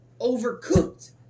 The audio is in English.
overcooked